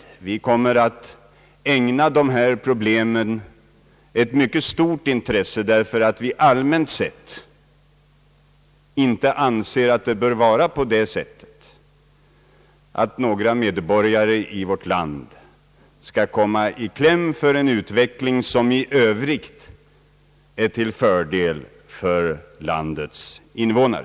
Regeringen kommer att ägna detta problem ett mycket stort intresse, därför att den allmänt sett inte anser att det bör vara så, att några medborgare i vårt land skall komma i kläm i en utveckling, som i övrigt är till fördel för landets invånare.